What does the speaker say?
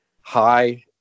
high